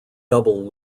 double